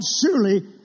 surely